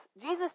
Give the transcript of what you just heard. Jesus